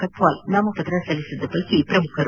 ಕಟ್ನಾಲ್ ನಾಮಪತ್ರ ಸಲ್ಲಿಸಿದ ಶ್ರಮುಖರು